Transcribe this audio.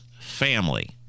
family